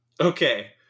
Okay